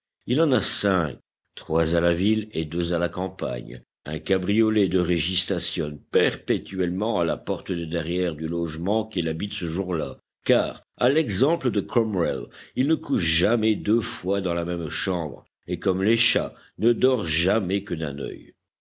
il en a cinq trois à la ville et deux à la campagne un cabriolet de régie stationne perpétuellement à la porte de derrière du logement qu'il habite ce jour-là car à l'exemple de cromwell il ne couche jamais deux fois dans la même chambre et comme les chats ne dort jamais que d'un œil